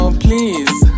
please